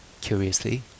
curiously